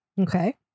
Okay